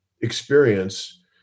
experience